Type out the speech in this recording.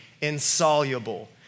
insoluble